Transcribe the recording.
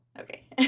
Okay